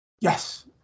yes